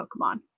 Pokemon